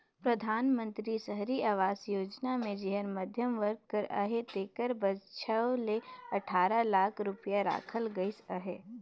परधानमंतरी सहरी आवास योजना मे जेहर मध्यम वर्ग कर अहे तेकर बर छव ले अठारा लाख रूपिया राखल गइस अहे